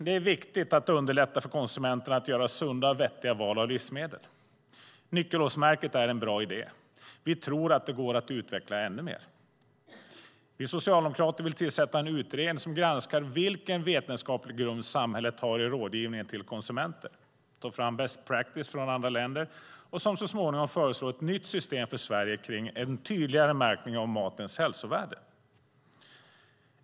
Det är viktigt att underlätta för konsumenterna att göra sunda och vettiga val av livsmedel. Nyckelhålsmärket är en bra idé. Vi tror att det går att utveckla ännu mer. Vi socialdemokrater vill tillsätta en utredning som granskar vilken vetenskaplig grund samhället har i rådgivningen till konsumenter, tar fram best practice från andra länder och så småningom föreslår ett nytt system för Sverige om en tydligare märkning av matens hälsovärde.